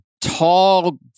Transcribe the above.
tall